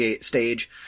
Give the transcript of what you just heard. stage